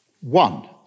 One